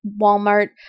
Walmart